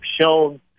shown